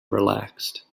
relaxed